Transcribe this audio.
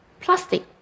plastic